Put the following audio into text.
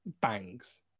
bangs